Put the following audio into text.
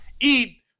eat